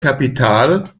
kapital